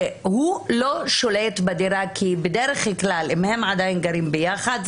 הוא לא שולט בדירה כי בדרך כלל אם הם עדיין גרים ביחד,